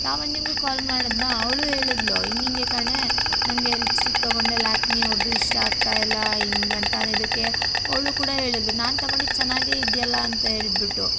ಲಾವಣ್ಯನಿಗು call ಮಾಡಿದ್ನಾ ಅವಳು ಹೇಳದ್ಲು ಹಿಂಗಿಂಗೆ ಕಣೇ ನನಗೆ ಲಿಪ್ಸ್ಟಿಕ್ ತಗೊಂಡೆ ಲ್ಯಾಕ್ಮಿಯವ್ರದ್ದು ಇಷ್ಟ ಆಗ್ತಾಯಿಲ್ಲ ಹಿಂಗೆ ಅಂತಾನೆ ಇದಕ್ಕೆ ಅವಳು ಕೂಡ ಹೇಳಿದ್ಲು ನಾನು ತಗೊಂಡಿದ್ದು ಚೆನ್ನಾಗೇ ಇದೆಯಲ್ಲ ಅಂತ ಹೇಳಿಬಿಟ್ಟು